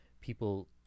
people